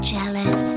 Jealous